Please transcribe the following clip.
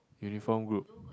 uniform group